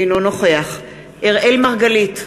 אינו נוכח אראל מרגלית,